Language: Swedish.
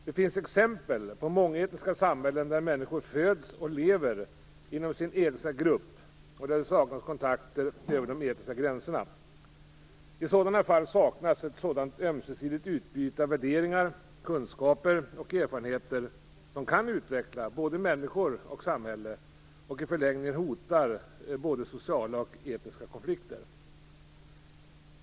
Det finns exempel på mångetniska samhällen där människor föds och lever inom sin etniska grupp och där det saknas kontakter över de etniska gränserna. I sådana fall saknas ett sådant ömsesidigt utbyte av värderingar, kunskaper och erfarenheter som kan utveckla både människor och samhälle. Och i förlängningen hotar både sociala och etniska konflikter.